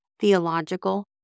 theological